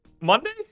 Monday